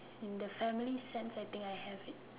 in the family sense I think I have it